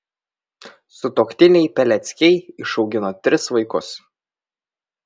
sutuoktiniai peleckiai išaugino tris vaikus